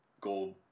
gold